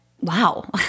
wow